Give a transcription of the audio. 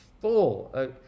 full